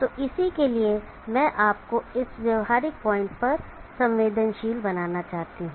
तो इसी के लिए मैं आपको इस व्यावहारिक पॉइंट पर संवेदनशील बनाना चाहता हूं